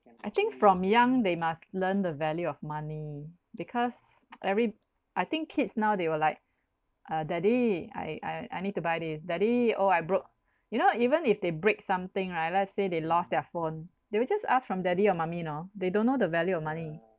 I think from young they must learn the value of money because every I think kids now they will like uh daddy I I I need to buy this daddy oh I broke you know even if they break something right let's say they lost their phone they will just ask from daddy or mummy you know they don't know the value of money